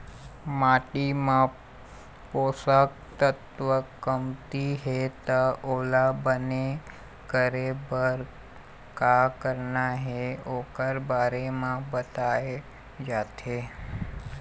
माटी म पोसक तत्व कमती हे त ओला बने करे बर का करना हे ओखर बारे म बताए जाथे